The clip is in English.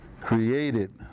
created